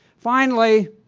finally,